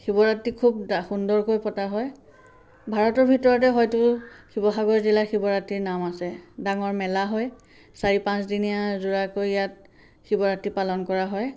শিৱৰাত্ৰী খুব সুন্দৰকৈ পতা হয় ভাৰতৰ ভিতৰতে হয়তো শিৱসাগৰ জিলাৰ শিৱৰাত্ৰীৰ নাম আছে ডাঙৰ মেলা হয় চাৰি পাঁচদিনীয়া জোৰাকৈ ইয়াত শিৱৰাত্ৰী পালন কৰা হয়